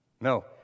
No